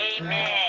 Amen